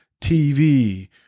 TV